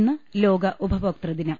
ഇന്ന് ലോക ഉപഭോക്തൃദിനം